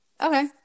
okay